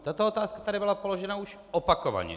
Tato otázka tady byla položena už opakovaně.